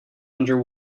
under